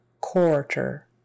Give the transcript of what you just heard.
quarter